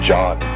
John